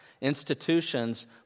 institutions